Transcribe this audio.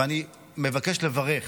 ואני מבקש לברך.